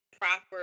proper